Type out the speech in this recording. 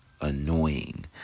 Annoying